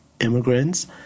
immigrants